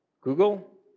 Google